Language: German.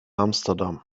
amsterdam